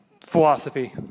Philosophy